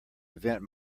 event